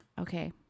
Okay